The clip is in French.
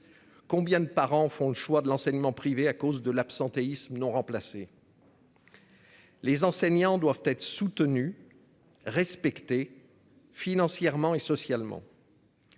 Combien de parents font le choix de l'enseignement privé à cause de l'absentéisme non remplacés. Les enseignants doivent être soutenus respecter. Financièrement et socialement.